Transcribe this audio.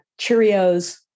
Cheerios